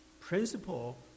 principle